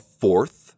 fourth